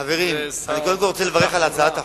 חברים, אני קודם כול רוצה לברך על הצעת החוק,